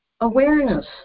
awareness